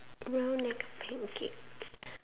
round neck pancake